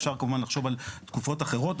אפשר כמובן לחשוב על תקופות אחרות.